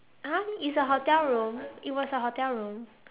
!huh! it's a hotel room it was a hotel room